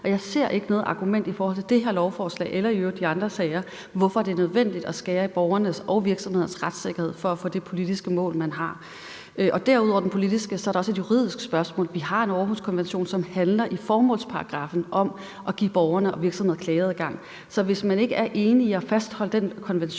når det er yderst nødvendigt. Og i forhold til det her lovforslag eller i øvrigt de andre sager ser jeg ikke noget argument for, hvorfor det er nødvendigt at skære i borgernes og virksomhedernes retssikkerhed for at nå det politiske mål, man har. Ud over det politiske er der også et juridisk spørgsmål. Vi har en Århuskonvention, som i formålsparagraffen handler om at give borgerne og virksomhederne klageadgang, så hvis man ikke er enig i at fastholde den konvention,